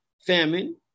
famine